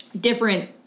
Different